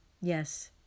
Yes